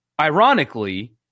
ironically